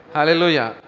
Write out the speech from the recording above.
Hallelujah